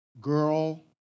Girl